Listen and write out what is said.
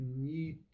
need